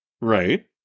Right